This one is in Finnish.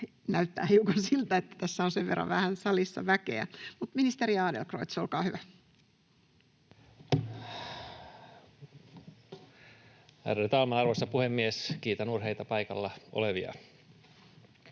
Näyttää hiukan siltä, kun tässä on sen verran vähän salissa väkeä. — Ministeri Adlercreutz, olkaa hyvä. Ärade talman, arvoisa puhemies! Kiitän urheita paikalla olevia.